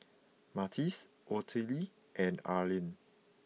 Martez Ottilie and Arlene